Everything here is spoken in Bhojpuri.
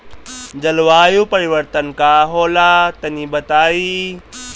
जलवायु परिवर्तन का होला तनी बताई?